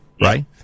right